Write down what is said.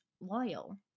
loyal